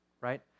right